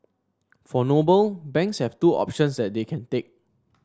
for Noble banks have two options that they can take